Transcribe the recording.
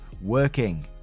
working